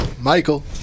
Michael